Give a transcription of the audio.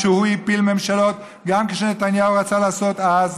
הוא הפיל ממשלות גם כשנתניהו רצה לעשות אז,